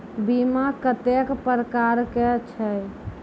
बीमा कत्तेक प्रकारक छै?